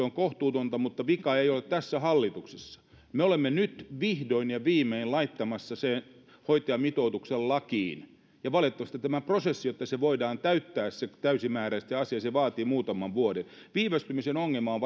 on kohtuutonta mutta vika ei ole tässä hallituksessa me olemme nyt vihdoin ja viimein laittamassa sen hoitajamitoituksen lakiin valitettavasti tämä prosessi jotta se asia voidaan täyttää täysimääräisesti vaatii muutaman vuoden viivästymisen ongelma on